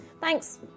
Thanks